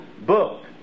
book